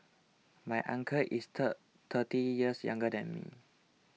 my uncle is thirty years younger than me